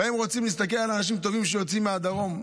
לפעמים רוצים להסתכל על אנשים טובים שיוצאים מהדרום.